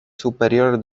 superior